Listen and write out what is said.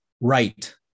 right